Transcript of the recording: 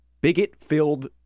bigot-filled